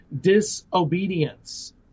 disobedience